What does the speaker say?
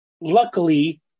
luckily